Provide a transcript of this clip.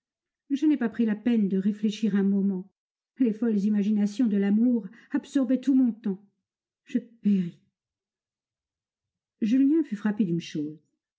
je n'ai pas pris la peine de réfléchir un moment les folles imaginations de l'amour absorbaient tout mon temps je péris julien fut frappé d'une chose